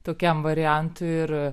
tokiam variantui ir